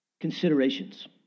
considerations